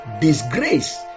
disgrace